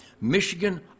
Michigan